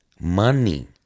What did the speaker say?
money